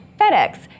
FedEx